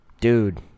dude